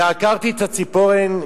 ועקרתי את הציפורן,